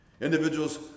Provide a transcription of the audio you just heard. Individuals